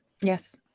Yes